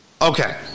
Okay